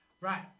Right